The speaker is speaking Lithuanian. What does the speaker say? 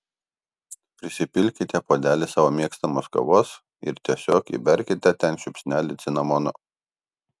prisipilkite puodelį savo mėgstamos kavos ir tiesiog įberkite ten žiupsnelį cinamono